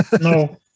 No